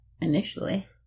initially